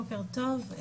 בוקר טוב.